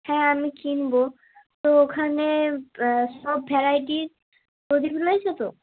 হ্যাঁ আমি কিনব তো ওখানে সব ভ্যারাইটির প্রদীপ রয়েছে তো